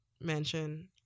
mention